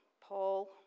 Paul